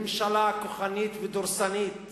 ממשלה כוחנית ודורסנית